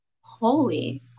holy